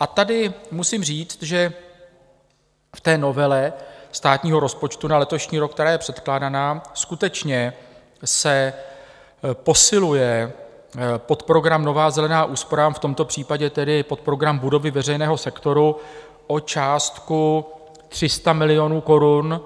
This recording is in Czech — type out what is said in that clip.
A tady musím říct, že v novele státního rozpočtu na letošní rok, která je předkládaná, skutečně se posiluje podprogram Nová zelená úsporám, v tomto případě tedy podprogram Budovy veřejného sektoru, o částku 300 milionů korun,